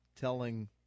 telling